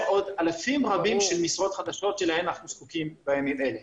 אלפי משרות חדשות שלהן אנחנו זקוקים בימים אלה.